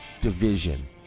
division